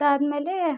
ಅದಾದ ಮೇಲೆ